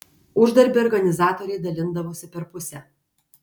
uždarbį organizatoriai dalindavosi per pusę